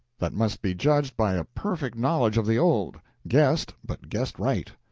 that must be judged by a perfect knowledge of the old guessed, but guessed right.